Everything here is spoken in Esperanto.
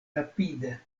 rapide